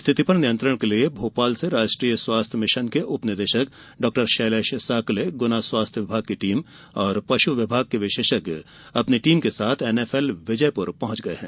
स्थिति पर नियंत्रण के लिए भोपाल से राष्ट्रीय स्वास्थ्य मिशन के उप निदेशक डाक्टर शैलेष सॉकले गुना स्वास्थ्य विभाग की टीम और पश् विभाग के विशेषज्ञ अपनी टीम के साथ एनएफएल विजयपुर पहंच गये हैं